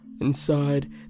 Inside